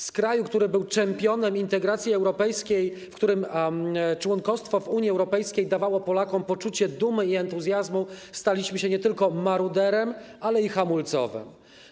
Z kraju, który był czempionem integracji europejskiej, w którym członkostwo w Unii Europejskiej dawało Polakom poczucie dumy i entuzjazmu, staliśmy się nie tylko maruderem, ale i hamulcowym.